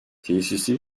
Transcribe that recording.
tesisi